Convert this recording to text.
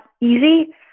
easy